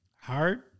Hard